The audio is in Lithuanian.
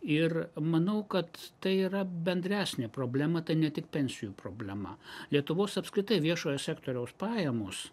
ir manau kad tai yra bendresnė problema tai ne tik pensijų problema lietuvos apskritai viešojo sektoriaus pajamos